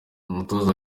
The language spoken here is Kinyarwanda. umutoza